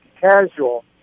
Casual